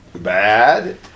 Bad